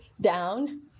down